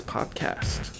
Podcast